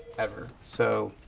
ever. so.